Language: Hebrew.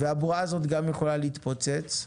הבועה הזו גם יכולה להתפוצץ,